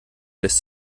lässt